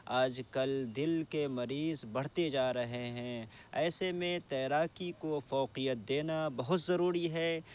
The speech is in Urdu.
آج کل دل کے مریض بڑھتے جا رہے ہیں ایسے میں تیراکی کو فوقیت دینا بہت ضروری ہے